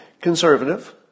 Conservative